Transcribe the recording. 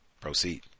proceed